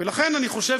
ולכן, אני חושב